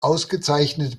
ausgezeichnete